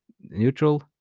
neutral